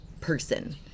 person